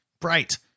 bright